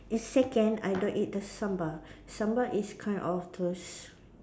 second I don't eat the sambal sambal is kind of those